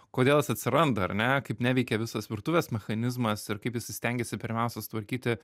kodėl jis atsiranda ar ne kaip neveikia visas virtuvės mechanizmas ir kaip jisai stengiasi pirmiausia sutvarkyti